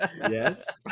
yes